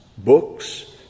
books